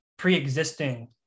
pre-existing